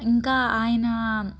ఇంకా ఆయనా